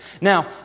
Now